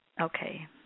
Okay